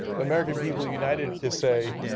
the american people united to say